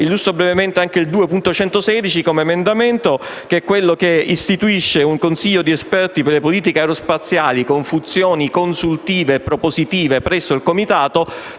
anche l'emendamento 2.116, che istituisce un consiglio di esperti per le politiche aerospaziali con funzioni consultive e propositive presso il Comitato,